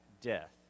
death